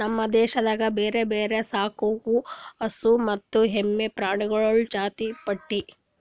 ನಮ್ ದೇಶದಾಗ್ ಬ್ಯಾರೆ ಬ್ಯಾರೆ ಸಾಕವು ಹಸು ಮತ್ತ ಎಮ್ಮಿ ಪ್ರಾಣಿಗೊಳ್ದು ಜಾತಿದು ಪಟ್ಟಿ